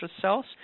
cells